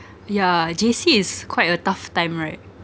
yeah J_C is quite a tough time right